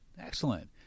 Excellent